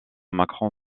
macron